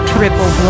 Triple